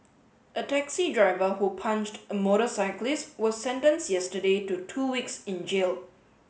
a taxi driver who punched a motorcyclist was sentence yesterday to two weeks in jail